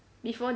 before